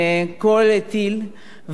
ואם מחליפים אותו בחומר אחר,